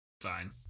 Fine